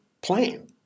plan